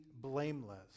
blameless